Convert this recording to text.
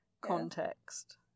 context